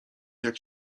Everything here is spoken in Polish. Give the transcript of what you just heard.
jak